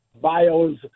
bios